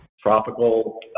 tropical